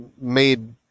made